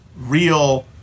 real